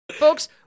Folks